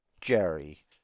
Jerry